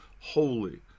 holy